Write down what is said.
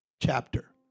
chapter